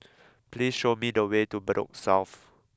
please show me the way to Bedok South